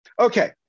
Okay